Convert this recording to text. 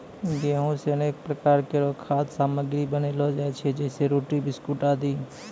गेंहू सें अनेक प्रकार केरो खाद्य सामग्री बनैलो जाय छै जैसें रोटी, बिस्कुट आदि